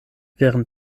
während